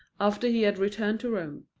after he had returned to rome.